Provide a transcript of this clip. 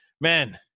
Man